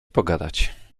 pogadać